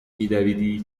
میدویدی